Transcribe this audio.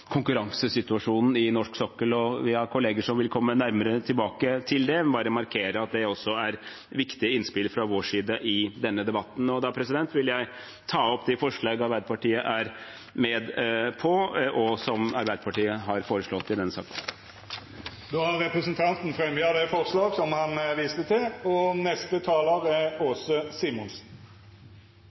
konkurransesituasjonen på norsk sokkel. Jeg har kolleger som vil komme nærmere tilbake til det. Jeg vil bare markere at det også er viktige innspill fra vår side i denne debatten. Jeg vil med det ta opp det forslaget som Arbeiderpartiet er med på i denne saken. Representanten Espen Barth Eide har teke opp det forslaget han refererte til.